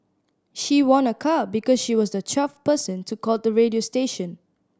she won a car because she was the twelfth person to call the radio station